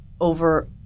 over